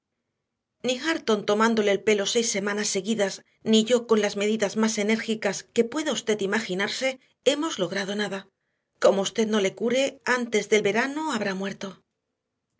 ni hareton tomándole el pelo seis semanas seguidas ni yo con las medidas más enérgicas que pueda usted imaginarse hemos logrado nada como usted no le cure antes del verano habrá muerto